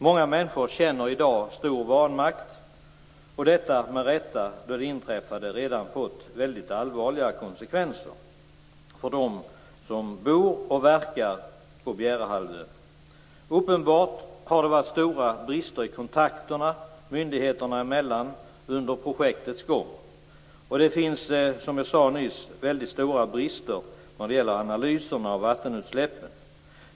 Många människor känner i dag stor vanmakt, och detta med rätta. Det inträffade har redan fått allvarliga konsekvenser för dem som bor och verkar på Bjärehalvön. Uppenbarligen har det varit stora brister i kontakterna myndigheterna emellan under projektets gång. Det finns, som jag nyss sade, stora brister vad gäller analyserna av vattenutsläppen.